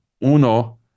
uno